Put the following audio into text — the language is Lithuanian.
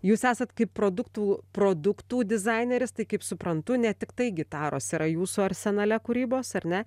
jūs esat kaip produktų produktų dizaineris tai kaip suprantu ne tiktai gitaros yra jūsų arsenale kūrybos ar ne